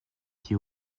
qui